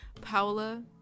Paola